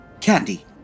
Candy